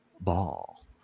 ball